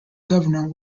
governor